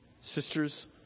Sisters